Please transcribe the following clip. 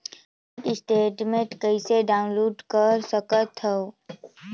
Bank statement कइसे download कर सकथव?